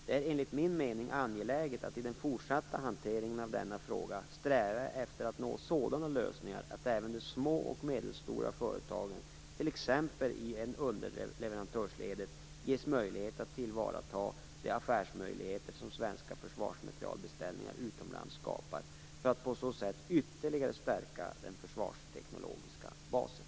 Det är enligt min mening angeläget att i den fortsatta hanteringen av denna fråga sträva efter att nå sådana lösningar att även de små och medelstora företagen, t.ex. i underleverantörsledet, ges möjlighet att tillvarata de affärsmöjligheter som svenska försvarsmaterielbeställningar utomlands skapar för att på så sätt ytterligare stärka den försvarsteknologiska basen.